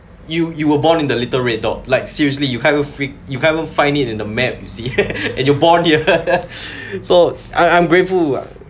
you you were born in the little red dot like seriously you have a freak you haven't find it in the map you see and you're born here so I I'm grateful what